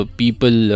people